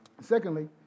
Secondly